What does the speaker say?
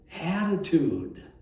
attitude